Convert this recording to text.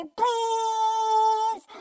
please